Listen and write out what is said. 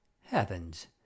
heavens